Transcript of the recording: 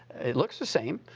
it looks the same,